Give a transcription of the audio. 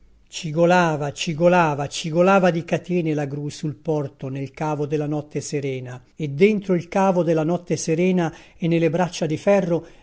cigolava cigolava cigolava di catene la grù sul porto nel cavo de la notte serena e dentro il cavo de la notte serena e nelle braccia di ferro